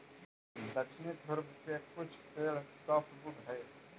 दक्षिणी ध्रुव के कुछ पेड़ सॉफ्टवुड हइ